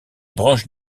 branches